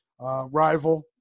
Rival